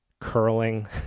curling